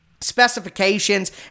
specifications